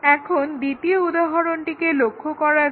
এখন দ্বিতীয় উদাহরনটিকে লক্ষ্য করা যাক